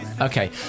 Okay